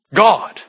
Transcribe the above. God